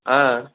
ஆ